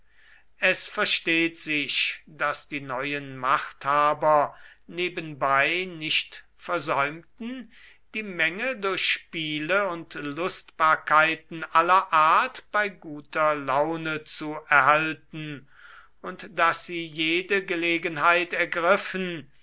es versteht sich daß die neuen machthaber nebenbei nicht versäumten die menge durch spiele und lustbarkeiten aller art bei guter laune zu erhalten und daß sie jede gelegenheit ergriffen